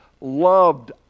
loved